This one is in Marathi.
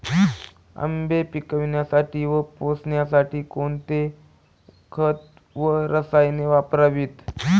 आंबे पिकवण्यासाठी व पोसण्यासाठी कोणते खत व रसायने वापरावीत?